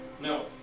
No